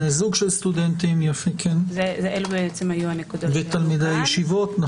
בני זוג של סטודנטים ותלמידי ישיבות.